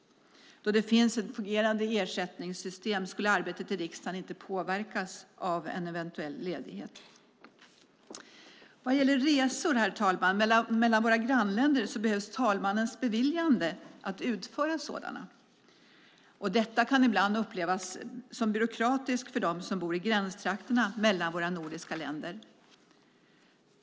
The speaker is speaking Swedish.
Då det finns ett fungerande ersättarsystem skulle arbetet i riksdagen inte påverkas av en eventuell ledighet. Vad gäller resor mellan våra grannländer behövs talmannens beviljande att utföra sådant. Detta kan ibland upplevas som byråkratiskt för dem som bor i gränstrakterna mellan våra nordiska länder.